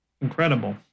incredible